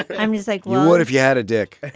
i mean like what if you had a dick